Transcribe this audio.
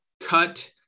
cut